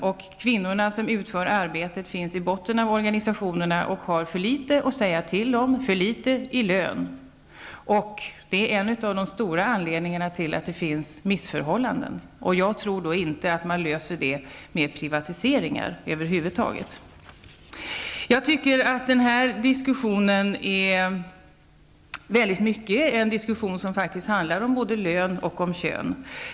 Kvinnorna, som utför arbetet, finns i botten av organisationerna. De har för litet att säga till om och för litet lön. Detta är en av de stora anledningarna till att det finns missförhållanden. Jag tror inte att man kommer till rätta med dessa genom privatiseringar. Det här är en diskussion som väldigt mycket handlar om både lön och kön.